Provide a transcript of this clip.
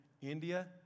India